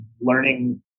learning